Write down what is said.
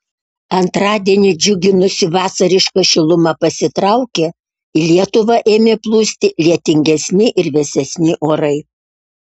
antradienį džiuginusi vasariška šiluma pasitraukė į lietuvą ėmė plūsti lietingesni ir vėsesni orai